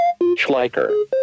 Schleicher